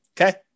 Okay